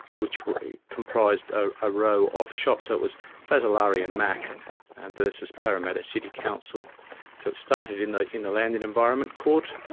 which comprised a row of shops. so it was fazzolari and mac versus parramatta city council. so it started in the in the land and environment court.